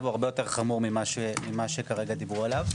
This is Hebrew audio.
הוא הרבה יותר חמור ממה שכרגע דיברו עליו.